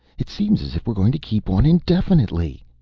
it seems as if we're going to keep on indefinitely.